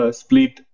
split